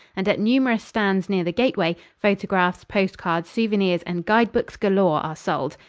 and at numerous stands near the gateway photographs, post cards, souvenirs and guide-books galore are sold.